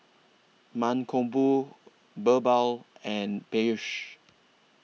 Mankombu Birbal and Peyush